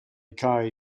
chi